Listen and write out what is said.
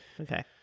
Okay